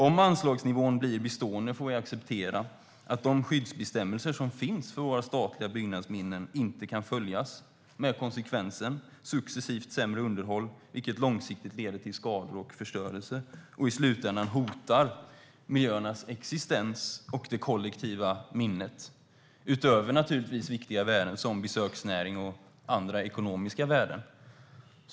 Om anslagsnivån blir bestående får vi acceptera att de skyddsbestämmelser som finns för våra statliga byggnadsminnen inte kan följas med konsekvensen successivt sämre underhåll, vilket långsiktigt leder till skador och förstörelse och i slutändan hotar miljöernas existens och det kollektiva minnet. Det är utöver viktiga värden som besöksnäring och andra ekonomiska värden.